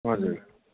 हजुर